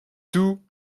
two